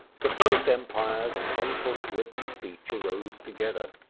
the first empires and some sort of written speech arose together.